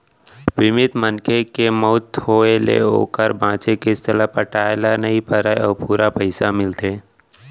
बीमित मनखे के मउत होय ले ओकर बांचे किस्त ल पटाए ल नइ परय अउ पूरा पइसा मिलथे